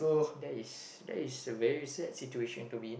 that is that is a very sad situation to me